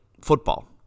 football